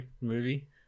movie